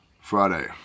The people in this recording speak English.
Friday